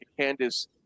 Candice